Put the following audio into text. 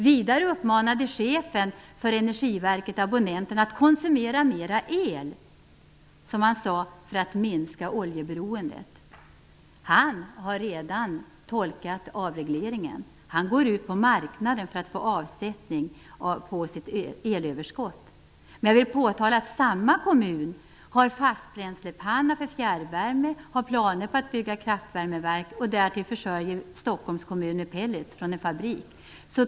Vidare uppmanade chefen för energiverket abonnenterna att konsumera mera el, som han sade, för att minska oljeberoendet. Han har redan tolkat avregleringen. Han går ut på marknaden för att få avsättning på sitt elöverskott. Men jag vill påtala att samma kommun har fastbränslepanna för fjärrvärme, har planer på att bygga kraftvärmeverk och därtill försörjer Stockholms kommun med pellets från en fabrik.